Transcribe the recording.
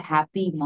Happy